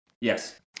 Yes